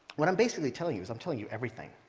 what i'm basically telling you is i'm telling you everything.